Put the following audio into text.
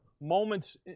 moments